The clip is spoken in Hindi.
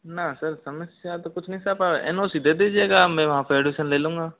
ना सर समस्या तो कुछ नहीं सर एन ओ सी दे दीजिएगा मैं वहाँ पर एड्मिशन ले लूँगा